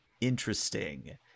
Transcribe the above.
interesting